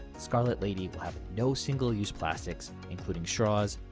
scarlet lady will have no single-use plastics including straws,